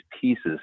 pieces